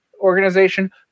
organization